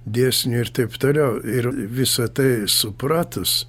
dėsniai ir taip toliau ir visa tai supratus